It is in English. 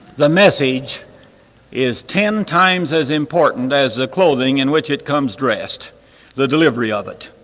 the message is ten times as important as the clothing in which it comes dressed the delivery of it.